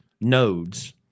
nodes